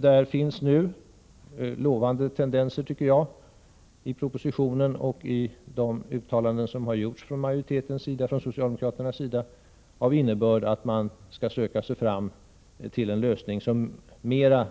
Det finns nu lovande tendenser i propositionen och i de uttalanden som har gjorts från majoritetens — socialdemokraternas — sida av innebörden att man skall söka sig fram till en lösning som mera